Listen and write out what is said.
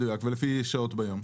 מדויק, ולפי שעות ביום.